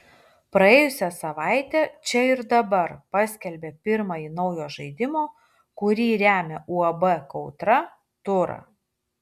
praėjusią savaitę čia ir dabar paskelbė pirmąjį naujo žaidimo kurį remia uab kautra turą